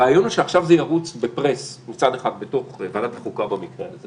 הרעיון הוא שעכשיו זה ירוץ ב-press מצד אחד בתוך ועדת החוקה במקרה הזה